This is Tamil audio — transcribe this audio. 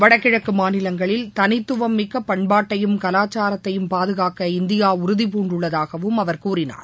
வடகிழக்கு மாநிலங்களில் தனித்துவம் மிக்க பண்பாட்டையும் கலாச்சாரத்தையும் பாதுகாக்க இந்தியா உறுதிபூண்டுள்ளதாகவும் அவர் கூறினார்